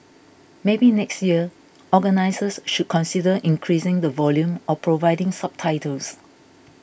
maybe next year organisers should consider increasing the volume or providing subtitles